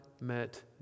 met